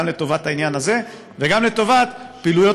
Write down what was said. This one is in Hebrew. גם לטובת העניין הזה וגם לטובת פעילויות